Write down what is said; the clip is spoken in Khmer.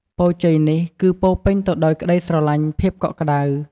ពរជ័យនេះគឺពោរពេញទៅដោយក្តីស្រឡាញ់ ភាពកក់ក្តៅ។